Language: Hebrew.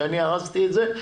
שאני הרסתי את זה?